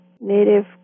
Native